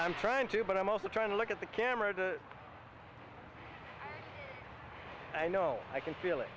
i'm trying to but i'm also trying to look at the camera i know i can feel it